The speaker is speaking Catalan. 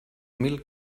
mil